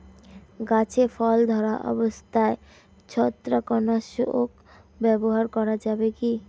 গাছে ফল ধরা অবস্থায় ছত্রাকনাশক ব্যবহার করা যাবে কী?